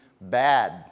bad